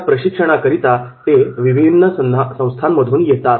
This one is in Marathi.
या प्रशिक्षणाकरीता ते विभिन्न संस्थांमधून येतात